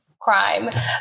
crime